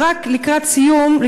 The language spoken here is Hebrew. ולקראת סיום,